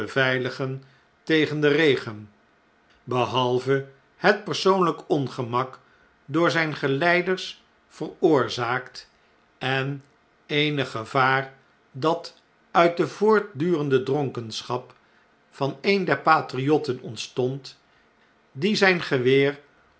beveiligen tegen den regen behalve het persoonltjk ongemak door zijn geleiders veroorzaakt en eenig gevaar dat uit de voortdurende dronkenschap van een der patriotten ontstond die zijn geweer